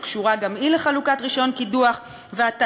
שקשורה גם היא לחלוקת רישיון קידוח והטיה